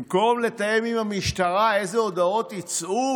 במקום לתאם עם המשטרה איזה הודעות יצאו